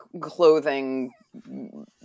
clothing